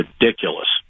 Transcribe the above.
ridiculous